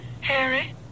Harry